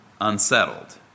unsettled